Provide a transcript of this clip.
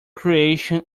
creation